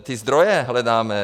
Ty zdroje hledáme.